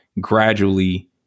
gradually